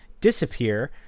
disappear